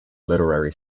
literary